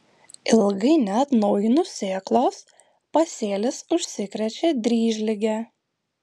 ilgai neatnaujinus sėklos pasėlis užsikrečia dryžlige